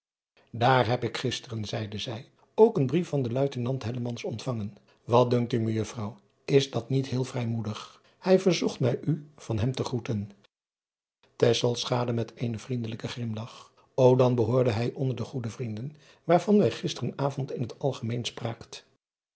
aar heb ik gisteren zeide zij ook een brief van den uitenant ontvangen at dunkt u ejuffrouw is dat niet heel vrijmoedig hij verzocht mij u van hem te groeten met een vriendelijken grimlach ô an behoorde hij onder de goede vrienden waarvan wij gisteren avond in het algemeen